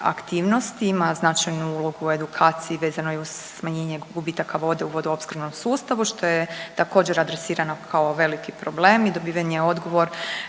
aktivnosti, ima značajnu ulogu u edukaciji, vezano i uz smanjenje gubitaka vode u vodoopskrbnom sustavu, što je također, adresirano kao veliki problem i dobiven je odgovor